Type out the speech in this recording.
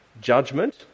judgment